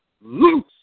Loose